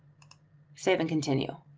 save and continue.